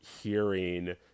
hearing